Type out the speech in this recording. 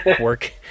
work